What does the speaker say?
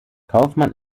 kaufmann